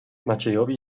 maciejowi